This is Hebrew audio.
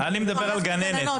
אני מדבר על גננת.